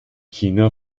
china